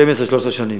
12 13 שנים.